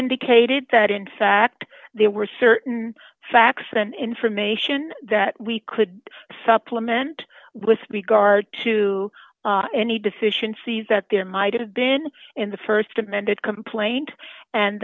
indicated that in fact there were certain facts and information that we could supplement with regard to any deficiencies that there might have been in the st amended complaint and